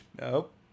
Nope